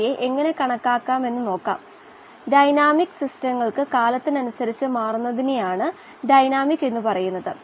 2 ഘട്ടങ്ങളിലൂടെയും പോകുന്ന ഏതൊരു ജീവിവർഗ്ഗത്തിനും ഇത് ശരിയാണ് തെർമോഡൈനാമിക്സിൽ ഇത് പറയുന്നുണ്ട്